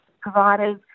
providers